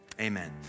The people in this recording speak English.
Amen